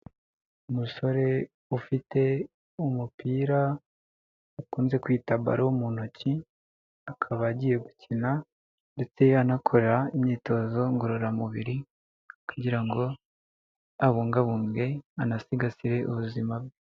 Umusore ufite umupira, ukunze kwita balo mu ntoki, akaba agiye gukina, ndetse yanakorera imyitozo ngororamubiri, kugira ngo abungabunge anasigasire ubuzima bwe.